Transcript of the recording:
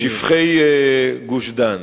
שופכי גוש-דן.